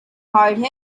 hard